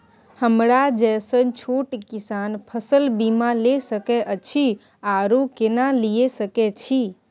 हमरा जैसन छोट किसान फसल बीमा ले सके अछि आरो केना लिए सके छी?